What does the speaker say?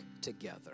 together